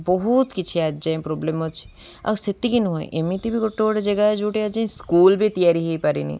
ବହୁତ କିଛି ଆଜି ଯାଏଁ ପ୍ରୋବ୍ଲେମ୍ ଅଛି ଆଉ ସେତିକି ନୁହେଁ ଏମିତି ବି ଗୋଟେ ଗୋଟେ ଜାଗା ଯେଉଁଠି ଆଜି ଯାଏଁ ସ୍କୁଲ୍ ବି ତିଆରି ହେଇପାରିନି